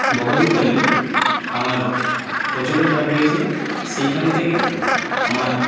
বকাবকি করলেন আমার প্রচণ্ড খারাপ লেগেছিলো সেইখান থেকে আমার